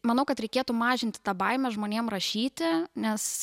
manau kad reikėtų mažinti tą baimę žmonėm rašyti nes